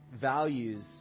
values